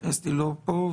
אסתי לא פה,